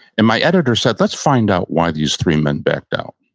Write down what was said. and my editor said, let's find out why these three men backed out.